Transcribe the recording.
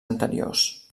anteriors